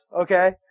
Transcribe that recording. okay